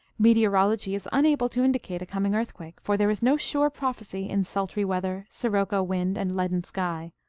meteorology is unable to indicate a coming earthquake, for there is no sure prophecy in sultry weather, sirocco wind, and leaden sky.